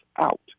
out